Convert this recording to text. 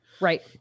Right